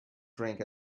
drink